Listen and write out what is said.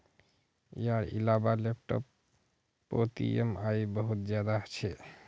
यार इलाबा लैपटॉप पोत ई ऍम आई बहुत ज्यादा छे